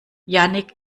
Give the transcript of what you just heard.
jannick